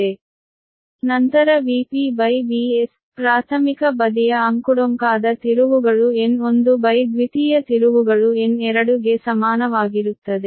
ನಂತರ V pV s ಪ್ರಾಥಮಿಕ ಬದಿಯ ಅಂಕುಡೊಂಕಾದ ತಿರುವುಗಳು N1 ದ್ವಿತೀಯ ತಿರುವುಗಳುN2 ಗೆ ಸಮಾನವಾಗಿರುತ್ತದೆ